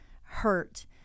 hurt